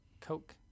Coke